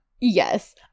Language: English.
Yes